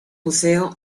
buceo